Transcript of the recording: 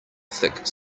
thick